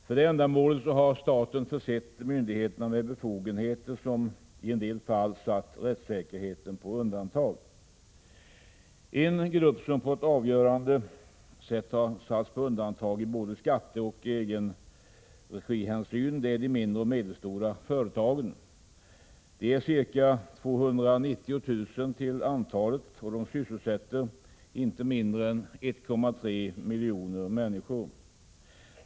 För detta ändamål har staten försett myndigheterna med befogenheter, som i en del fall satt rättssäkerheten på undantag. En grupp som på ett avgörande sätt har satts på undantag när det gäller både skatteoch egenregihänsyn är de mindre och medelstora företagen. De är ca 290 000 till antalet och sysselsätter inte mindre än 1,3 miljoner människor.